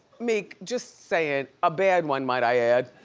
meek, just say it, a bad one might i add.